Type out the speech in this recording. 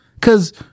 Cause